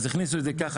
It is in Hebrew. אז הכניסו את זה ככה.